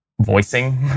voicing